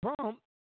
Trump